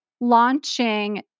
launching